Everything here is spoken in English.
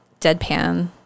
deadpan